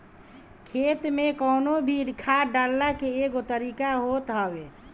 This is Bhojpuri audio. खेत में कवनो भी खाद डालला के एगो तरीका होत हवे